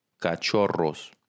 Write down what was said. Cachorros